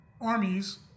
armies